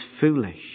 foolish